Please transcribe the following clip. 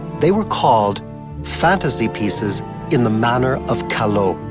they were called fantasy pieces in the manner of callot.